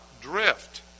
drift